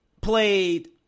played